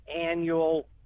annual